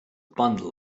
bundle